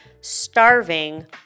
starving